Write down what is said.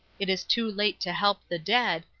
it is too late to help the dead,